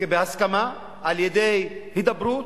בהסכמה על-ידי הידברות,